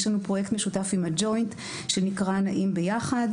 יש לנו פרויקט משותף עם הג'וינט שנקרא "נעים ביחד",